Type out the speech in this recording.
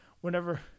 whenever